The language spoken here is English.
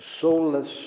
soulless